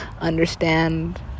understand